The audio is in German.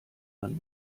man